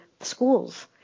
schools